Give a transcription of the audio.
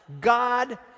God